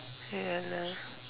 ya lah